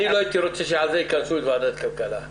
אני לא הייתי רוצה שעל זה יכנסו את ועדת הכלכלה.